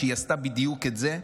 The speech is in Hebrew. היא עשתה בדיוק את זה,